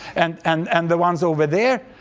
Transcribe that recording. and and and the ones over there,